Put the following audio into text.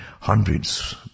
hundreds